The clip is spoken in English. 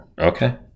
Okay